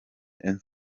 and